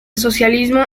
socialismo